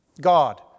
God